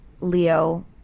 Leo